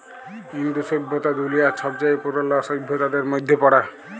ইন্দু সইভ্যতা দুলিয়ার ছবচাঁয়ে পুরল সইভ্যতাদের মইধ্যে পড়ে